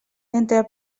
entre